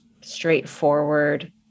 straightforward